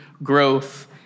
growth